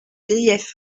griefs